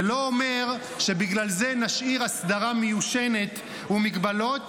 זה לא אומר שבגלל זה נשאיר אסדרה מיושנת ומגבלות,